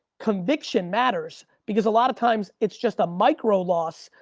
conviction matters because a lot of times, it's just a micro loss,